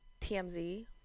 TMZ